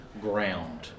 ground